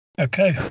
Okay